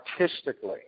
artistically